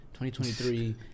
2023